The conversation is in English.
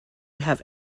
have